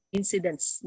incidents